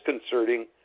disconcerting